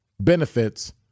benefits